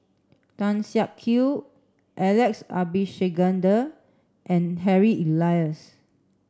Tan Siak Kew Alex Abisheganaden and Harry Elias